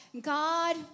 God